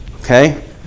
Okay